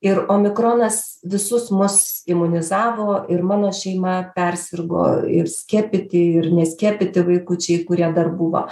ir omikronas visus mus įmunizavo ir mano šeima persirgo ir skiepyti ir neskiepyti vaikučiai kurie dar buvo